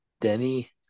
Denny